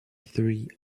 three